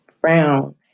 Brown